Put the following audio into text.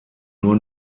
nur